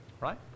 Right